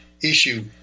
issue